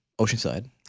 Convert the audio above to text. Oceanside